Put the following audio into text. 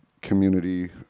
community